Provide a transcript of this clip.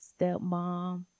stepmom